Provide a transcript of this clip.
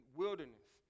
wilderness